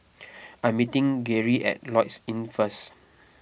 I am meeting Geary at Lloyds Inn first